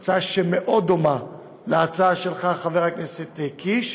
הצעה שמאוד דומה להצעה שלך, חבר הכנסת קיש,